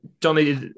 Johnny